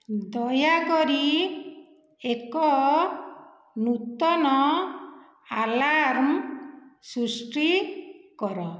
ଦୟାକରି ଏକ ନୂତନ ଆଲାର୍ମ ସୃଷ୍ଟି କର